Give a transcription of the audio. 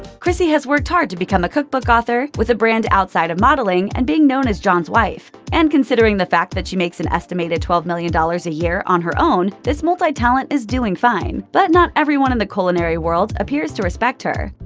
chrissy has worked hard to become a cookbook author with a brand outside of modeling and being known as john's wife. and considering the fact that she makes an estimated twelve million dollars a year on her own, this multi-talent is doing fine. but not everyone in the culinary world appears to respect her.